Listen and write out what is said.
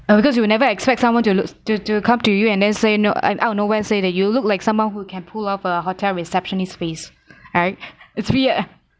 oh because you will never expect someone to look to to come to you and then say no and out of nowhere and say you look like someone who can pull off a hotel receptionist face right it's weird